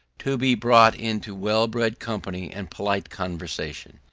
to be brought into well-bred company and polite conversation.